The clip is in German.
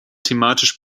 thematisch